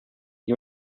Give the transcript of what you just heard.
the